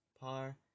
par